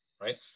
right